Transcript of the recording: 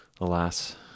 alas